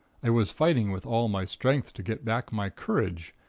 i was fighting with all my strength to get back my courage.